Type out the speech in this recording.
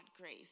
grace